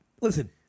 listen